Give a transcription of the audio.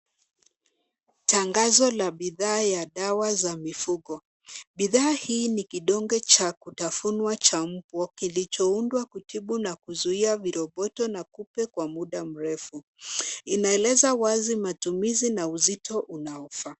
Tangazo la bidhaa ya dawa za mifuko. Bidhaa hii ni kidonge cha kutafunwa cha mbwa kilicho undwa kutibu na kuzuia viroboto na kupe kwa muda mrefu. Inaeleza wazi matumizi na uzito unaofaa.